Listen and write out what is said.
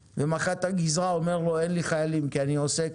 ומח"ט הגזרה אומר לו אין לי חיילים כי אני עוסק